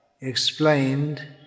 explained